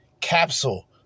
Capsule